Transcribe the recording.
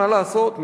מה לעשות,